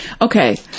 Okay